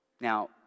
Now